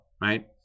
right